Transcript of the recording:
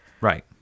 Right